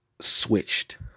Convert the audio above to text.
Switched